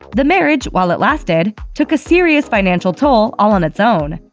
the marriage, while it lasted, took a serious financial toll all on its own.